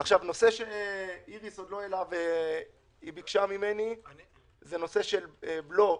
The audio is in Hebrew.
נושא שאיריס לא העלתה וביקשה ממני להעלות זה בקשות להחזר בלו,